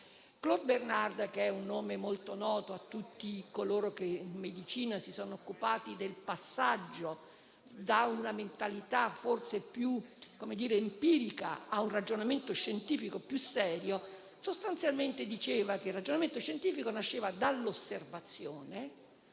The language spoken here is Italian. Claude Bernard, un nome molto noto a tutti coloro che in medicina si sono occupati del passaggio da una mentalità forse più empirica a un ragionamento scientifico più serio, sostanzialmente diceva che il ragionamento scientifico nasceva dall'osservazione,